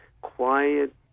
quiet